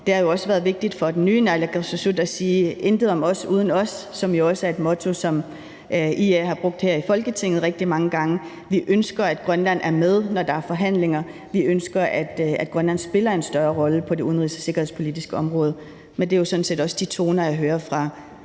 det har jo også været vigtigt for den nye naalakkersuisut at sige: Intet om os uden os. Det er et motto, som IA også har brugt her i Folketinget rigtig mange gange. Vi ønsker, at Grønland er med, når der er forhandlinger; vi ønsker, at Grønland spiller en større rolle på det udenrigs- og sikkerhedspolitiske område. Men det er jo sådan set også de toner, jeg hører fra